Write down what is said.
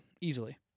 easily